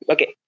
Okay